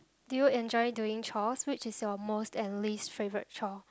do you enjoy doing chores which is your most and least favourite chore